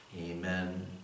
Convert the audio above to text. Amen